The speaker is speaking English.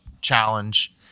challenge